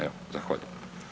Evo zahvaljujem.